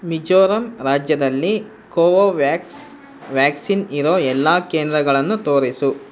ಮಿಜೋರಾಂ ರಾಜ್ಯದಲ್ಲಿ Covovax vaccine ಇರೋ ಎಲ್ಲ ಕೇಂದ್ರಗಳನ್ನು ತೋರಿಸು